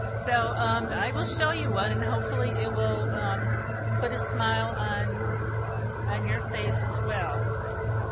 so i will show you one and hopefully it will put a smile on on your face as well.